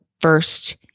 first –